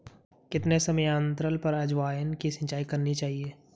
कितने समयांतराल पर अजवायन की सिंचाई करनी चाहिए?